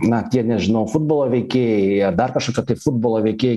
na tie nežinau futbolo veikėjai ar dar kažkokio tai futbolo veikėjai